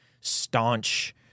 staunch